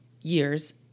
years